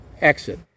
exit